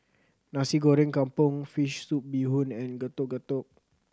Nasi Goreng Kampung fish soup bee hoon and Getuk Getuk